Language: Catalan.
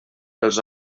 els